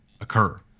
occur